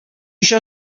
això